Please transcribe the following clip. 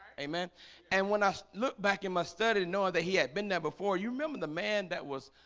amen and when i look back in my study knowing that he had been dead before you remember the man that was